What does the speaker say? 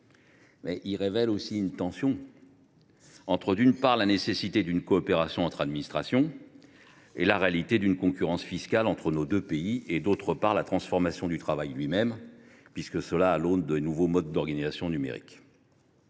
nations. Il révèle également une tension entre, d’une part, la nécessité d’une coopération entre administrations et la réalité d’une concurrence fiscale entre nos deux pays et, d’autre part, la transformation du travail lui même par de nouveaux modes d’organisation numérique.